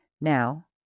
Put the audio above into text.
Now